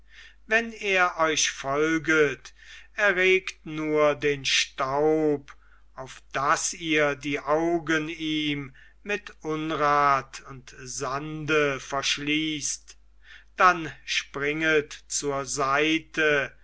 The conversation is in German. wenn er euch folget erregt nur den staub auf daß ihr die augen ihm mit unrat und sande verschließt dann springet zur seite